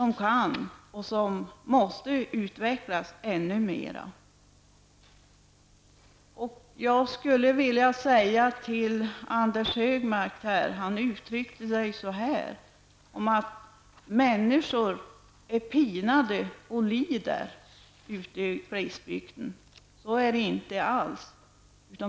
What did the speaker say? Men dessa måste utvecklas ännu mer. Anders G Högmark sade att människorna i glesbygden är pinade och lider. Så är det inte alls.